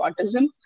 autism